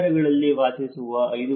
ನಗರಗಳಲ್ಲಿ ವಾಸಿಸುವ 5